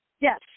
Yes